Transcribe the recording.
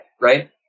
Right